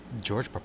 George